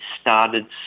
started